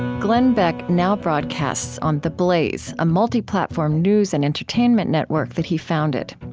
glenn beck now broadcasts on the blaze, a multi-platform news and entertainment network that he founded.